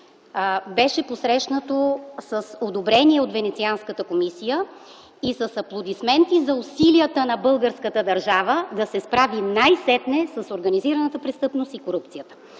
беше посрещнато с одобрение от Венецианската комисия и с аплодисменти за усилията на българската държава да се справи най-сетне с организираната престъпност и корупцията.